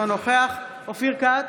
אינו נוכח אופיר כץ,